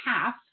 half